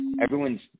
Everyone's